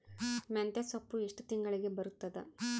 ಮೆಂತ್ಯ ಸೊಪ್ಪು ಎಷ್ಟು ತಿಂಗಳಿಗೆ ಬರುತ್ತದ?